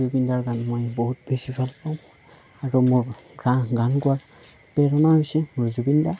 জুবিনদাৰ গান মই বহুত বেছি ভালপাওঁ আৰু মই গান গান গোৱাৰ প্ৰেৰণা হৈছে জুবিনদা